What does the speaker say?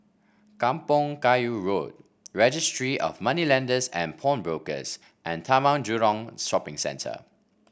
Kampong Kayu Road Registry of Moneylenders and Pawnbrokers and Taman Jurong Shopping Centre